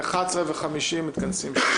ב-11:50 מתכנסים.